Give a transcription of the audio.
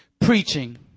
preaching